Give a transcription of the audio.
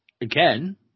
again